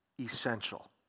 essential